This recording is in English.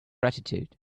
gratitude